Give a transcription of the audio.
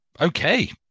Okay